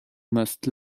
must